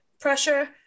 pressure